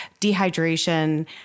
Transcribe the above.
dehydration